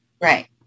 Right